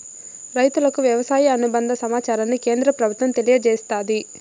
రైతులకు వ్యవసాయ అనుబంద సమాచారాన్ని కేంద్ర ప్రభుత్వం తెలియచేస్తాది